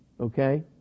okay